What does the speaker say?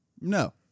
No